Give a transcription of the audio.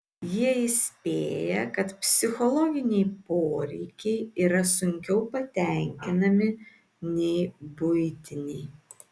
jie įspėja kad psichologiniai poreikiai yra sunkiau patenkinami nei buitiniai